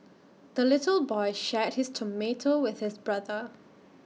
the little boy shared his tomato with his brother